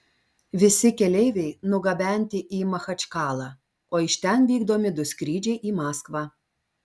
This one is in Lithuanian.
visi keleiviai nugabenti į machačkalą o iš ten vykdomi du skrydžiai į maskvą